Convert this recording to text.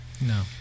no